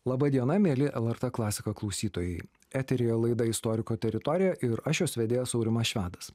laba diena mieli lrt klasika klausytojai eteryje laida istoriko teritorija ir aš jos vedėjas aurimas švedas